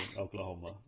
Oklahoma